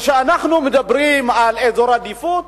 כשאנחנו מדברים על אזור עדיפות,